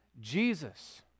jesus